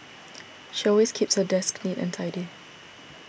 she always keeps her desk neat and tidy